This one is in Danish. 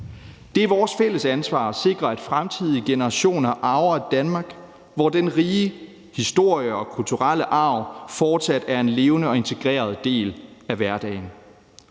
Det er vores fælles ansvar at sikre, at fremtidige generationer arver et Danmark, hvor den rige historie og kulturelle arv fortsat er en levende og integreret del af hverdagen.